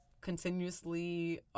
continuously